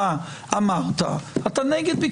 צריך עצבי ברזל כדי לא לתת לה